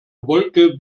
wolke